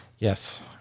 Yes